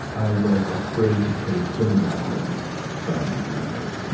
i was afraid to take swimming lessons from, you know, as,